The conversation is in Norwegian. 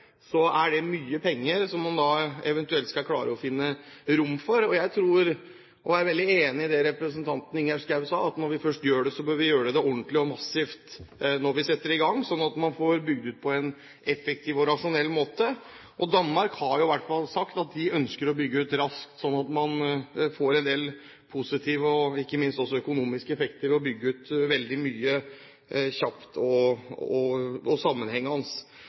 det er mye penger. Jeg tror – og jeg er veldig enig i det representanten Ingjerd Schou sa – at når vi først gjør det, bør vi gjøre det ordentlig og massivt når vi setter i gang, slik at man får bygd dette ut på en effektiv og rasjonell måte. I Danmark har man sagt at man ønsker å få en del positive – ikke minst økonomiske – effekter ved å bygge ut veldig mye kjapt og sammenhengende. Jeg tror det er viktig å ha med seg alle disse forholdene, og